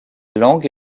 langue